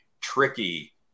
tricky